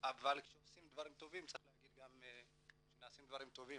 אבל כשעושים דברים טובים צריך גם להגיד שנעשים דברים טובים,